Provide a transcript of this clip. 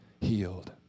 healed